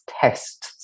test